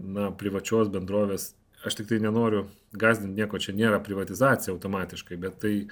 na privačios bendrovės aš tiktai nenoriu gąsdint nieko čia nėra privatizacija automatiškai bet tai